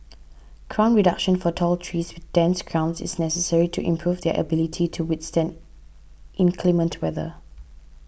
crown reduction for tall trees with dense crowns is necessary to improve their ability to withstand inclement weather